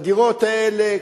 בדירות האלה,